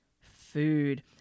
food